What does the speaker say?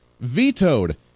vetoed